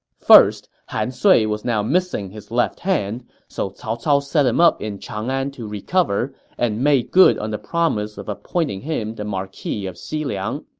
first, han sui was now missing his left hand, so cao cao set him up in chang'an to recover and made good on the promise of appointing him the marquis of xiliang.